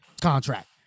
contract